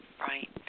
Right